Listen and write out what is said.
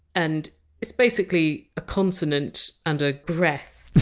and it's basically a consonant and a breath